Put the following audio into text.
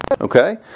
Okay